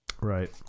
Right